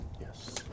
Yes